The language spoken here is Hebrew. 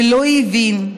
ולא הבין,